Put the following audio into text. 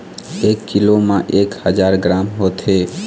एक कीलो म एक हजार ग्राम होथे